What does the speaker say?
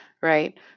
right